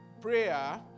prayer